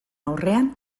aurrean